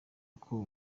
uko